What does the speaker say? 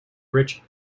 rich